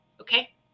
okay